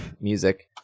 music